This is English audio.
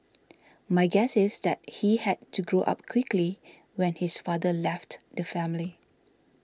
my guess is that he had to grow up quickly when his father left the family